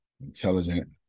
intelligent